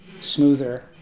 smoother